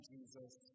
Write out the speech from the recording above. Jesus